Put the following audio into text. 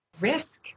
risk